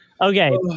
Okay